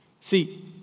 See